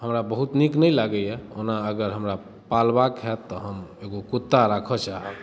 हमरा बहुत नीक नहि लागैए ओना अगर हमरा पालबाके हैत तऽ हम एगो कुत्ता राखऽ चाहब